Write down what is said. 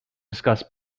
discuss